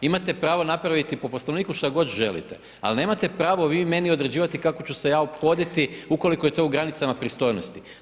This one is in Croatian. Imate pravo napraviti po Poslovniku što god želite, ali nemate pravo vi meni određivati kako ću se ja ophoditi ukoliko je to u granicama pristojnosti.